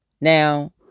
Now